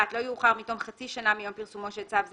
(1)לא יאוחר מתום חצי שנה מיום פרסומו של צו זה,